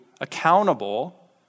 accountable